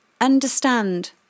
understand